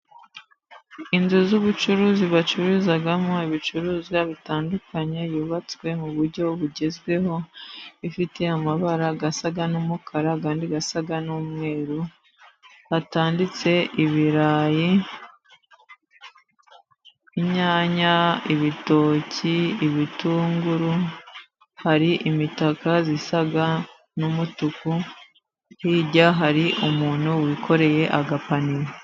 Inzu z'ubucuruzi bacururizamo ibicuruzwa bitandukanye, yubatswe mu buryo bugezweho. Ifite amabara asa n'umukara ayandi asa n'umweru. Hatanditse ibirayi, inyanya ,ibitoki ibitunguru. Hari imitaka isa n'umutuku, hirya hari umuntu wikoreye agapaniye.